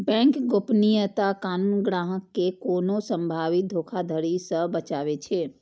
bank गोपनीयता कानून ग्राहक कें कोनो संभावित धोखाधड़ी सं बचाबै छै